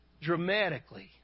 dramatically